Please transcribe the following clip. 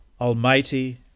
Almighty